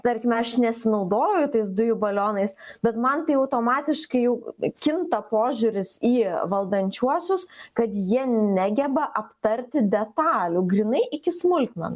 tarkime aš nesinaudoju tais dujų balionais bet man tai automatiškai jau kinta požiūris į valdančiuosius kad jie negeba aptarti detalių grynai iki smulkmenų